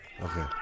Okay